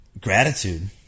Gratitude